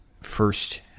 first